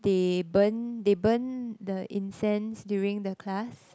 they burn they burn the incense during the class